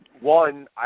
One